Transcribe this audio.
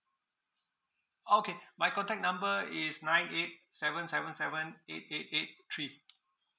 okay my contact number is nine eight seven seven seven eight eight eight three